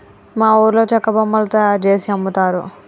మా ఊర్లో చెక్క బొమ్మలు తయారుజేసి అమ్ముతారు